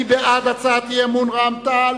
מי בעד הצעת האי-אמון של רע"ם-תע"ל?